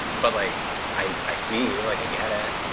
but like i see you. like, i get it.